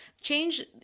Change